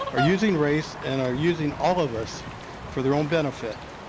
are using race and are using all of us for their own benefit,